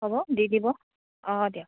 হ'ব দি দিব অঁ দিয়ক